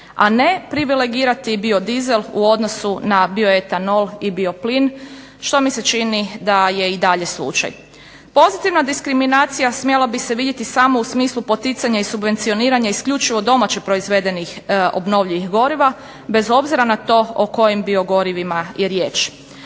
a ne privilegirati biodizel u odnosu na bioetanol i bioplin što mi se čini da je i dalje slučaj. Pozitivna diskriminacija smjela bi se vidjeti samo u smislu poticanja i subvencioniranja isključivo domaće proizvedenih obnovljivih goriva, bez obzira na to o kojim biogorivima je riječ.